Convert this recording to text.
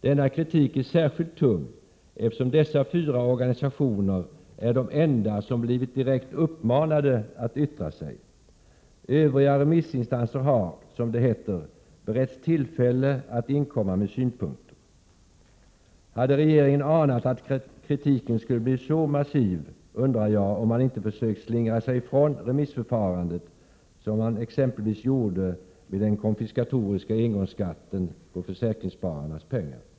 Denna kritik är särskilt tung eftersom dessa fyra organisationer är de enda som blivit direkt uppmanade att yttra sig. Övriga remissinstanser har, som det heter, beretts tillfälle att inkomma med synpunkter. Hade regeringen anat att kritiken skulle bli så massiv, undrar jag om man inte försökt slingra sig ifrån remissförfarandet 37 som man exempelvis gjorde i fråga om den konfiskatoriska engångsskatten på försäkringsspararnas pengar.